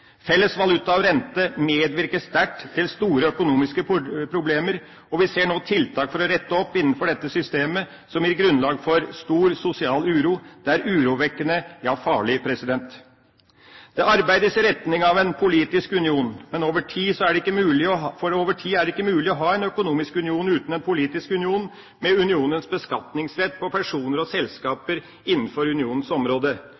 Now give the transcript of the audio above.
Felles valuta og rente medvirker sterkt til store økonomiske problemer, og vi ser nå tiltak for å rette opp innenfor dette systemet, som gir grunnlag for stor sosial uro. Det er urovekkende – ja, farlig. Det arbeides i retning av en politisk union, for over tid er det ikke mulig å ha en økonomisk union uten en politisk union, med unionens rett til beskatning av personer og selskaper innenfor unionens område.